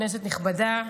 כנסת נכבדה,